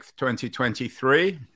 2023